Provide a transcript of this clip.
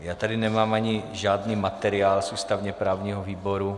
Já tady nemám ani žádný materiál z ústavněprávního výboru.